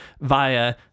via